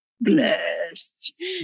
Blessed